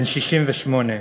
בן 68,